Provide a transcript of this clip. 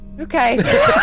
Okay